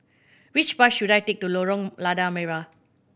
which bus should I take to Lorong Lada Merah